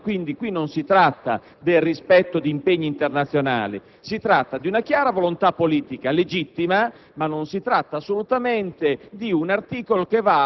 escludiamo pure la questione delle missioni internazionali, sulle quali certamente non volevamo intervenire. Si trattava soltanto di un problema di copertura tecnica